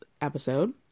episode